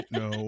no